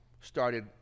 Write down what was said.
started